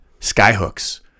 Skyhooks